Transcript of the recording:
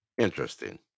interesting